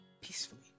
peacefully